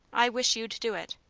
i wish you'd do it.